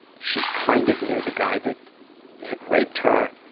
she kind of knew the guy that had raped her,